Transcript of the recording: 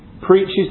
preaches